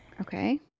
Okay